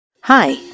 Hi